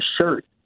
shirt